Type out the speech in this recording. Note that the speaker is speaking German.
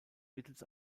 mittels